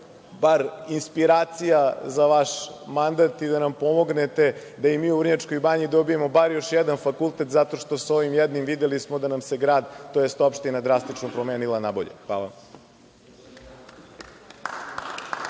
bar inspiracija za vaš mandat i da nam pomognete da i mi u Vrnjačkoj Banji dobijemo bar još jedan fakultet zato što s ovim jednim videli smo da nam se grad, tj. opština drastično promenila na bolje. Hvala.